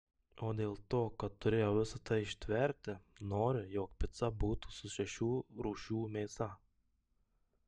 o dėl to kad turėjau visa tai ištverti noriu jog pica būtų su šešių rūšių mėsa